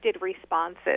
responses